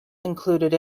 included